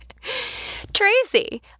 Tracy